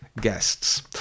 guests